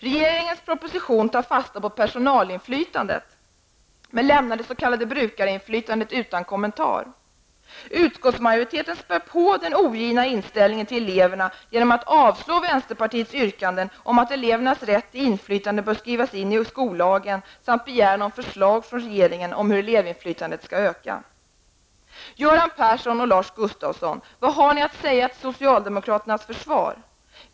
Regeringens proposition tar fasta på personalinflytandet, men lämnar det s.k. brukarinflytandet utan kommentar. Utskottsmajoriteten späder på den ogina inställningen till eleverna genom att avstyrka vänsterpartiets yrkande om att elevernas rätt till inflytande bör skrivas in i skollagen samt vänsterpartiets begäran om förslag från regering om hur elevinflytandet skall öka. Göran Persson och Lars Gustafsson, vad har ni att säga till socialdemokraternas försvar?